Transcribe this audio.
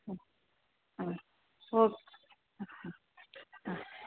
ಹ್ಞೂ ಹಾಂ ಓಕ್ ಹಾಂ ಹಾಂ ಹಾಂ